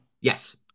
Yes